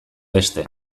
beste